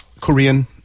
Korean